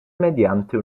mediante